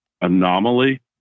anomaly